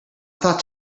thought